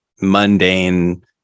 mundane